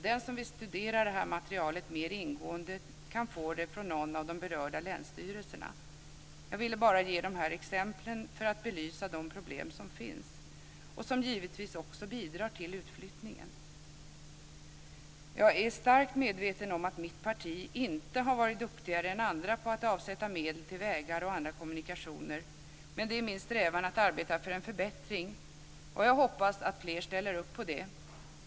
Den som vill studera detta material mer ingående kan få det från någon av de berörda länsstyrelserna. Jag ville bara ge dessa exempel för att belysa de problem som finns. De bidrar givetvis också till utflyttningen. Jag är starkt medveten om att mitt parti inte har varit duktigare än andra på att avsätta medel till vägar och andra kommunikationer, men det är min strävan att arbeta för en förbättring. Jag hoppas att fler ställer upp på det.